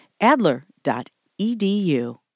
Adler.edu